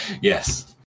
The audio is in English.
Yes